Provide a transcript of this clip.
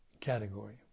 Category